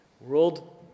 world